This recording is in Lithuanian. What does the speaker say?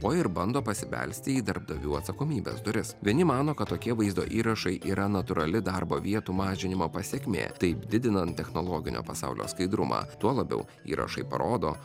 o ir bando pasibelsti į darbdavių atsakomybės duris vieni mano kad tokie vaizdo įrašai yra natūrali darbo vietų mažinimo pasekmė taip didinant technologinio pasaulio skaidrumą tuo labiau įrašai parodo